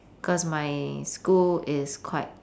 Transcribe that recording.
cause my school is quite